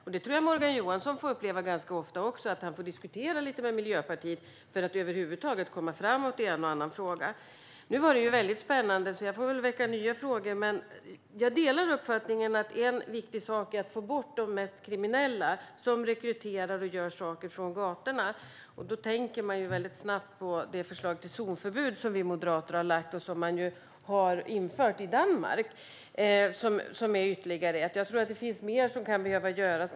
Jag tror att Morgan Johansson ganska ofta får uppleva att han får diskutera lite grann med Miljöpartiet för att över huvud taget komma framåt i en och annan fråga. Nu var det väldigt spännande, så jag får väl väcka nya frågor. Jag delar uppfattningen att en viktig sak är att få bort de mest kriminella som rekryterar andra på gatorna. Då tänker jag på det förslag till zonförbud som vi moderater har lagt fram. Detta har införts i Danmark. Jag tror att det finns mer som kan behöva göras.